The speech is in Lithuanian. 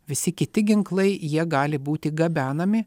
visi kiti ginklai jie gali būti gabenami